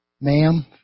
Ma'am